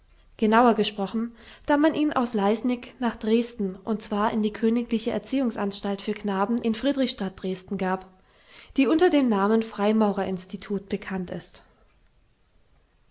genauer gesprochen da man ihn aus leißnig nach dresden und zwar in die königliche erziehungsanstalt für knaben in friedrichstadt dresden gab die unter dem namen freimaurerinstitut bekannt ist